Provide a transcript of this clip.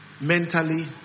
mentally